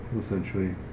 essentially